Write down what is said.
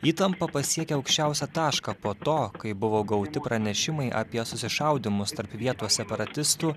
įtampa pasiekia aukščiausią tašką po to kai buvo gauti pranešimai apie susišaudymus tarp vietos separatistų